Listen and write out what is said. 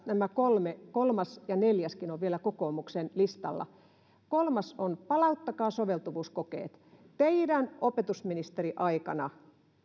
nämä kolmas ja neljäskin ovat vielä kokoomuksen listalla ja kolmas toivomukseni on palauttakaa soveltuvuuskokeet teidän opetusministeriaikananne